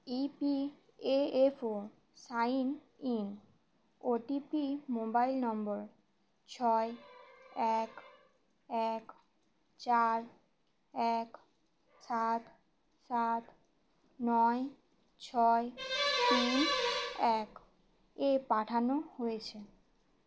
ই P F ও sign in OTP mobile number ছয় এক এক চার এক সাত সাত নয় ছয় তিন এক এ পাঠানো হয়েছে